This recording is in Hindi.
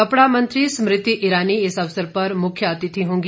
कपड़ा मंत्री स्मृति ईरानी इस अवसर पर मुख्य अतिथि होंगी